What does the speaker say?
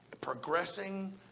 progressing